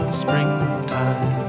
springtime